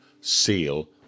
seal